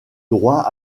droit